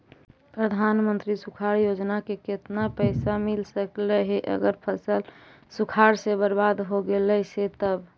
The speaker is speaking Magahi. प्रधानमंत्री सुखाड़ योजना से केतना पैसा मिल सकले हे अगर फसल सुखाड़ से बर्बाद हो गेले से तब?